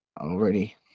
already